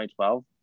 2012